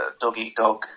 dog-eat-dog